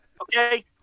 Okay